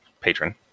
patron